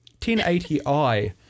1080i